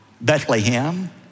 Bethlehem